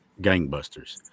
gangbusters